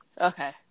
okay